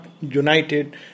united